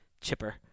chipper